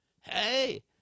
Hey